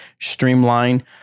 Streamline